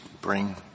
bring